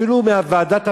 אפילו מוועדת הפנים.